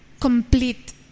complete